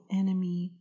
enemy